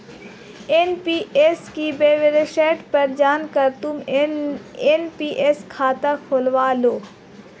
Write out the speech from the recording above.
NPS की website पर जाकर तुम एन.पी.एस खाता खुलवा लो